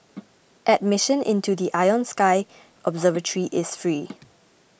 admission into the Ion Sky observatory is free